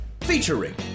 featuring